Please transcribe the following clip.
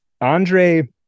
Andre